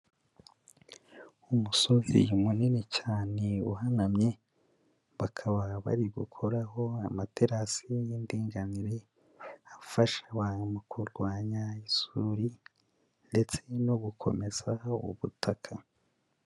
Umusozi munini cyane uhanamye, bakaba bari gukoraho amaterasi y'indinganire, afasha abantu mu kurwanya isuri ndetse no gukomezaho ubutaka.